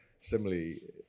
similarly